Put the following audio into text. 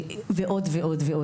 ועוד ועוד.